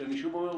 שאני שוב אומר,